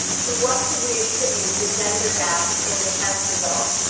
to what could we attribute the gender gap in the test results?